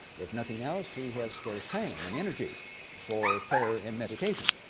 if nothing else, he has scarce time and energy for prayer and meditation.